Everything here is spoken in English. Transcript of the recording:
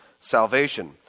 salvation